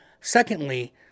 secondly